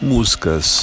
Músicas